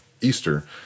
Easter